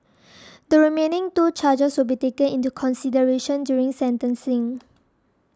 the remaining two charges will be taken into consideration during sentencing